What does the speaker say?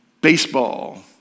baseball